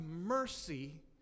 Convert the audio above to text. mercy